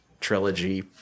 trilogy